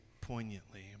poignantly